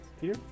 Peter